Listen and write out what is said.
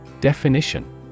Definition